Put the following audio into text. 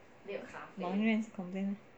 埋怨 is complain